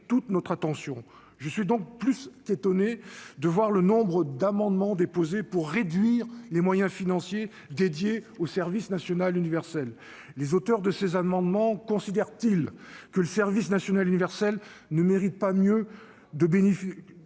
Je suis donc plus qu'étonné de voir le nombre d'amendements déposés pour réduire les moyens financiers qui lui sont dédiés. Les auteurs de ces amendements considèrent-ils que le service national universel ne mérite pas de bénéficier